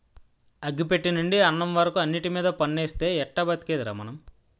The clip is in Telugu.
అగ్గి పెట్టెనుండి అన్నం వరకు అన్నిటిమీద పన్నేస్తే ఎట్టా బతికేదిరా మనం?